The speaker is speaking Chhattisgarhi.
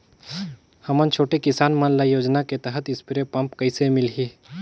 हमन छोटे किसान मन ल योजना के तहत स्प्रे पम्प कइसे मिलही?